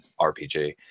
RPG